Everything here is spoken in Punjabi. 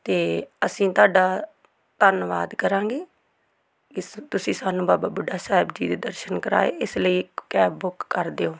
ਅਤੇ ਅਸੀਂ ਤੁਹਾਡਾ ਧੰਨਵਾਦ ਕਰਾਂਗੇ ਇਸ ਤੁਸੀਂ ਸਾਨੂੰ ਬਾਬਾ ਬੁੱਢਾ ਸਾਹਿਬ ਜੀ ਦੇ ਦਰਸ਼ਨ ਕਰਵਾਏ ਇਸ ਲਈ ਇੱਕ ਕੈਬ ਬੁੱਕ ਕਰ ਦਿਓ